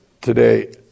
today